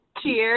Cheers